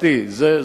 לדעתי, זו השקפתי.